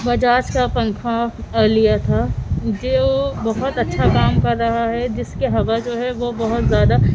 بجاج کا پنکھا لیا تھا جو بہت اچھا کام کر رہا ہے جس کے ہوا جو ہے وہ بہت زیادہ